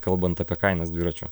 kalbant apie kainas dviračių